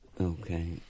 Okay